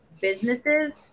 businesses